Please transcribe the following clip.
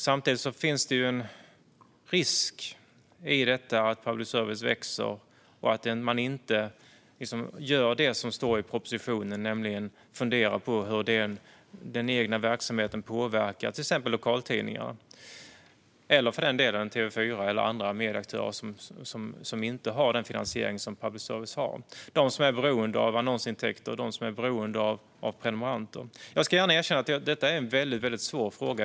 Samtidigt finns en risk i att public service växer och att man inte gör det som står i propositionen, nämligen funderar på hur den egna verksamheten påverkar till exempel lokaltidningarna eller för den delen TV4 eller andra medieaktörer som inte har den finansiering som public service har och som är beroende av annonsintäkter och prenumeranter. Jag ska gärna erkänna att detta är en väldigt svår fråga.